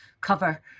cover